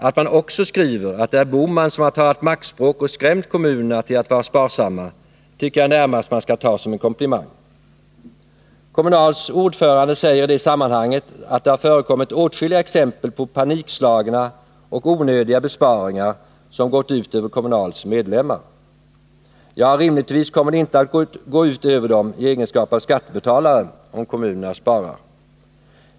Att man också skriver att det är Bohman som har talat maktspråk och skrämt kommunerna till att vara sparsamma tycker jag närmast man skall ta som en komplimang. Kommunals ordförande säger i det sammanhanget att det har förekommit åtskilliga exempel på panikslagna och onödiga besparingar, som gått ut över Kommunals medlemmar. Rimligtvis kommer det inte att gå ut över dem i egenskap av skattebetalare om kommunerna sparar.